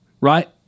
right